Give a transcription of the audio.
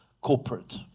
corporate